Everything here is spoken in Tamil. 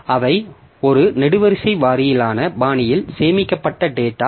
அவை ஒரு நெடுவரிசை வாரியான பாணியில் சேமிக்கப்பட்ட டேட்டா